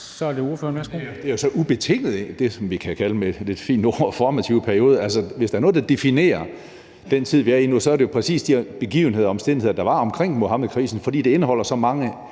Det er så ubetinget noget, vi med et lidt fint ord kan kalde en informativ periode. Hvis der er noget, der definerer den tid, vi er i nu, er det præcis de begivenheder og omstændigheder, der var omkring Muhammedkrisen, fordi det indeholder så mange